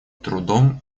трудом